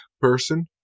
person